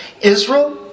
Israel